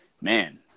man